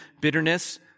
bitterness